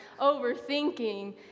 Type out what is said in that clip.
overthinking